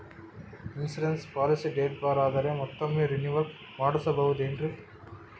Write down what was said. Insurance policy date ಬಾರ್ ಆದರೆ ಮತ್ತೊಮ್ಮೆ ರಿನಿವಲ್ ಮಾಡಿಸಬಹುದೇ ಏನ್ರಿ?